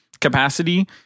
capacity